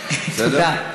בסדר?